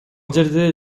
жерде